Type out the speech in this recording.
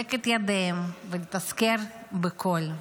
לחזק את ידיהם, ולהזכיר הכול.